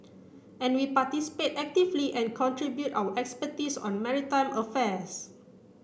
and we participate actively and contribute our expertise on maritime affairs